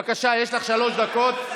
בבקשה, יש לך שלוש דקות.